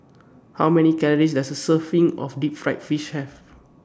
How Many Calories Does A Serving of Deep Fried Fish Have